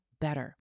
better